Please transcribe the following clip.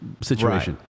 situation